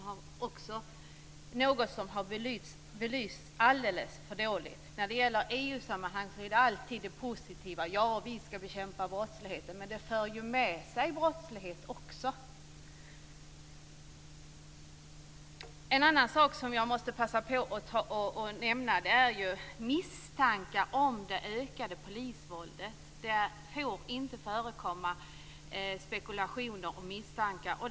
Det är också något som har belysts alldeles för dåligt. När det gäller EU sammanhang är det alltid fråga om det positiva. Man säger: Vi skall bekämpa brottsligheten. Men det för ju också med sig brottslighet. En annan sak som jag måste passa på att nämna är misstankar om ökat polisvåld. Det får inte förekomma spekulationer och misstankar.